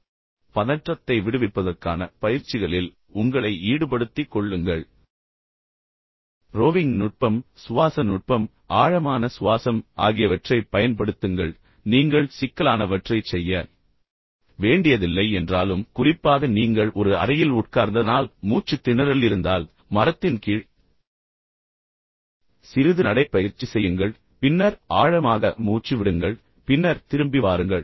எனவே பதற்றத்தை விடுவிப்பதற்கான பயிற்சிகளில் உங்களை ஈடுபடுத்திக் கொள்ளுங்கள் நான் முன்பு சொன்னது போல் ரோவிங் நுட்பம் சுவாச நுட்பம் ஆழமான சுவாசம் ஆகியவற்றைப் பயன்படுத்துங்கள் நீங்கள் சிக்கலானவற்றைச் செய்ய வேண்டியதில்லை என்றாலும் குறிப்பாக நீங்கள் ஒரு அறையில் உட்க்கார்ந்ததனால் மூச்சுத் திணறல் இருந்தால் மரத்தின் கீழ் சிறிது நடைப்பயிற்சி செய்யுங்கள் பின்னர் ஆழமாக மூச்சு விடுங்கள் பின்னர் திரும்பி வாருங்கள்